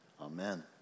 Amen